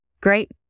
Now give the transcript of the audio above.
great